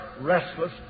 restless